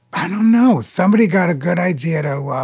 i don't know. somebody's got a good ideato.